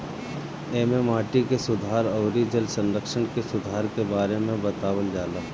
एमे माटी के सुधार अउरी जल संरक्षण के सुधार के बारे में बतावल जाला